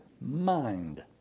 mind